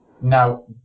Now